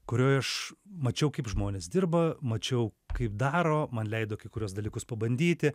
kurioj aš mačiau kaip žmonės dirba mačiau kaip daro man leido kai kuriuos dalykus pabandyti